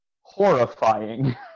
horrifying